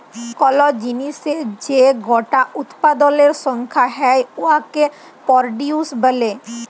call জিলিসের যে গটা উৎপাদলের সংখ্যা হ্যয় উয়াকে পরডিউস ব্যলে